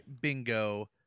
bingo